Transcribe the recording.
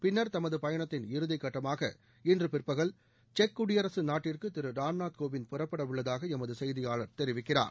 பின்னர் தமது பயணத்தின் இறுதிக்கட்டமாக இன்று பிற்பகல் செக்குடியரசு நாட்டிற்கு திரு ராம்நாத் கோவிந்த் புறப்படவுள்ளதாக எமது செய்தியாளர் தெரிவிக்கிறார்